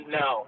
no